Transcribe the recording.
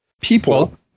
people